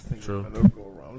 True